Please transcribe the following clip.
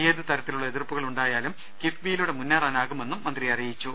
ഏത് തരത്തിലുള്ള എതിർപ്പുകളുണ്ടായാലും കിഫ്ബിയിലൂടെ മുന്നേറാനാകുമെന്നും മന്ത്രി പറഞ്ഞു